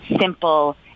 simple